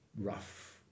rough